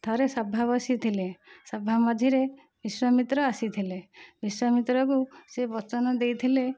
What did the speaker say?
ଥରେ ସଭା ବସିଥିଲେ ସଭା ମଝିରେ ବିଶ୍ଵାମିତ୍ର ଆସିଥିଲେ ବିଶ୍ୱାମିତ୍ରକୁ ସେ ବଚନ ଦେଇଥିଲେ